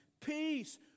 peace